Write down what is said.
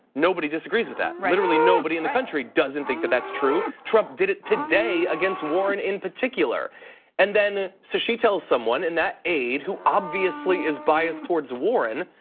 nobody disagrees with that. literally nobody in the country doesn't think that that's true. trump did it today against warren in particular and then so she tells someone and that aide who obviously is biased towards warren,